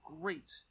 great